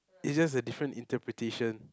is just a different interpretation